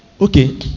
Okay